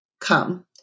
come